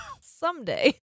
someday